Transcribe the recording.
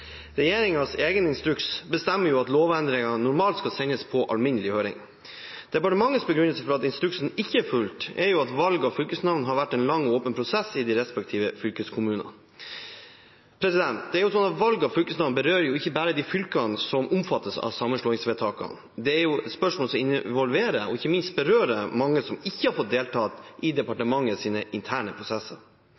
egen instruks bestemmer at lovendringer normalt skal sendes på alminnelig høring. Departementets begrunnelse for at instruksen ikke er fulgt, er at valg av fylkesnavn har vært en lang og åpen prosess i de respektive fylkeskommunene. Valg av fylkesnavn berører ikke bare de fylkene som omfattes av sammenslåingsvedtakene, det er spørsmål som involverer og ikke minst berører mange som ikke har fått delta i